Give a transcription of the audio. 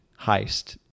heist